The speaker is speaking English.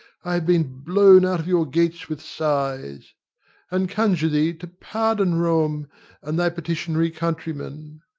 i have been blown out of your gates with sighs and conjure thee to pardon rome and thy petitionary countrymen.